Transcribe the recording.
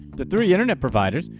the three internet providers,